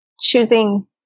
choosing